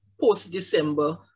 post-December